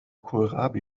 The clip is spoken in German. kohlrabi